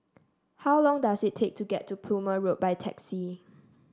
how long does it take to get to Plumer Road by taxi